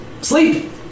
Sleep